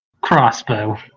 crossbow